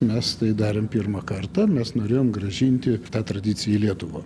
mes tai darom pirmą kartą mes norėjom grąžinti tą tradiciją į lietuvą